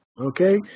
Okay